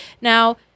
Now